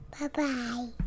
Bye-bye